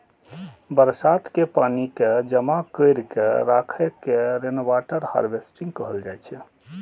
बरसात के पानि कें जमा कैर के राखै के रेनवाटर हार्वेस्टिंग कहल जाइ छै